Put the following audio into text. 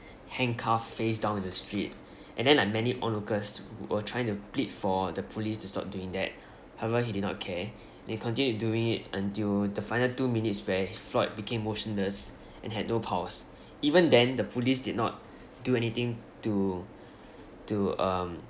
handcuffed face down in the street and then like many onlookers were trying to plead for the police to stop doing that however he did not care they continued doing it until the final two minutes where floyd became motionless and had no pulse even then the police did not do anything to to um